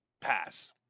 pass